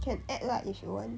can add lah if you want